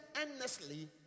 endlessly